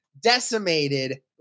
decimated